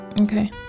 Okay